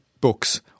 books